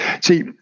See